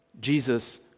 Jesus